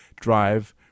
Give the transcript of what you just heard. drive